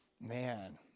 man